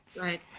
Right